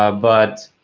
ah but